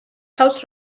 თავს